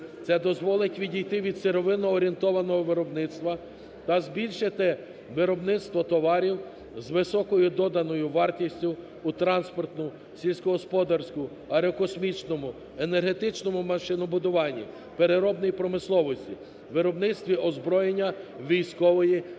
Це дозволить відійти від сировино орієнтованого виробництва та збільшити виробництво товарів з високою доданою вартістю у транспортну, сільськогосподарську, аерокосмічному, енергетичному машинобудуванні, переробній промисловості, виробництві озброєння, військової та